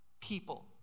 people